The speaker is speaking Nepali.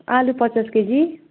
आलु पचास केजी